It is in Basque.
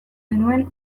genuen